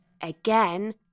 again